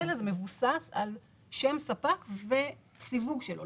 האלה זה מבוסס על שם ספק וסיווג שלו.